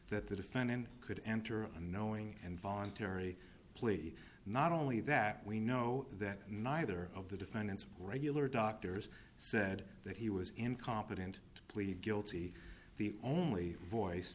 that the defendant could enter a knowing and voluntary plea not only that we know that neither of the defendants regular doctors said that he was incompetent to plead guilty the only